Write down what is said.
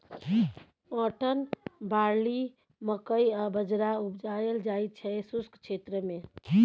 cotton, barley, मकइ आ बजरा उपजाएल जाइ छै शुष्क क्षेत्र मे